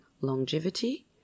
longevity